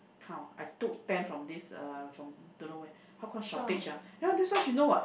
count I took ten from this uh from don't know where how come shortage ah you know that's she know what